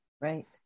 Right